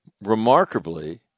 Remarkably